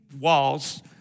walls